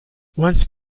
once